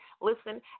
Listen